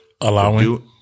allowing